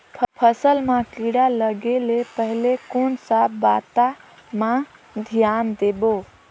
फसल मां किड़ा लगे ले पहले कोन सा बाता मां धियान देबो?